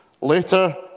Later